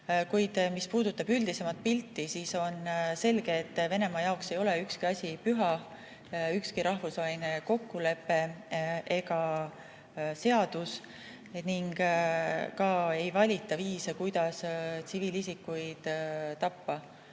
Mis puudutab üldisemat pilti, siis on selge, et Venemaa jaoks ei ole ükski asi püha, ükski rahvusvaheline kokkulepe ega seadus. Samuti ei valita viise, kuidas tsiviilisikuid tappa.